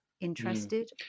interested